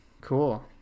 cool